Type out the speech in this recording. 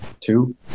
two